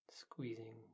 Squeezing